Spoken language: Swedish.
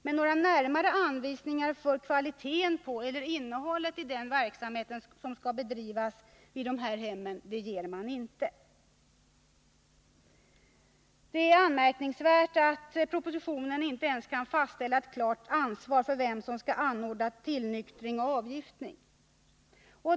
Men några närmare anvisningar för kvaliteten på eller innehållet i den verksamhet som skall bedrivas vid dessa hem ges inte. Det är anmärkningsvärt att propositionen inte ens kan fastställa ett klart ansvar när det gäller vem som skall anordna tillnyktring och avgiftning.